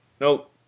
Nope